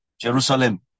Jerusalem